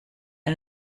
and